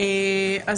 מוקד.